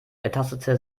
ertastete